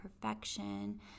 Perfection